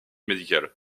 médicales